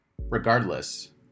Regardless